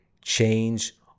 change